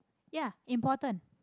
ya important